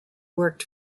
worked